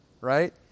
right